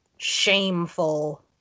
shameful